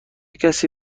کسی